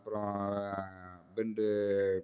அப்பறம் பென்ட்டு